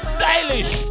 Stylish